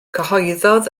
cyhoeddodd